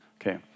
Okay